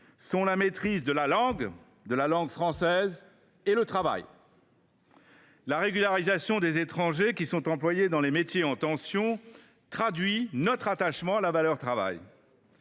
sont la maîtrise de la langue française et le travail. La régularisation des étrangers employés dans les métiers en tension traduit notre attachement à la valeur travail.